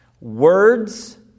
Words